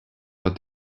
but